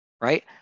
right